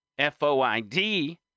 FOID